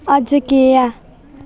अज्ज केह् ऐ